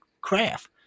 craft